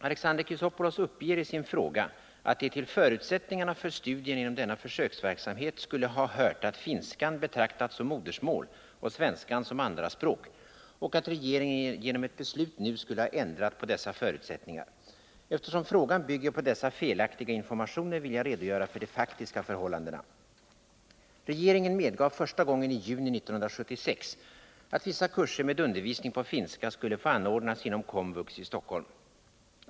Alexander Chrisopoulos uppger i sin fråga att det till förutsättningarna för 179 studierna inom denna försöksverksamhet skulle ha hört att finskan betraktats som modersmål och svenskan som andraspråk och att regeringen genom ett beslut nu skulle ha ändrat på dessa förutsättningar. Eftersom frågan bygger på dessa felaktiga informationer, vill jag redogöra för de faktiska förhållandena. Regeringen medgav första gången i juni 1976 att vissa kurser med undervisning på finska skulle få anordnas inom kommunal vuxenutbildning i Stockholm.